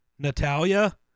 Natalia